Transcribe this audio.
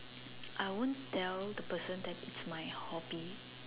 I won't tell the person that it's my hobby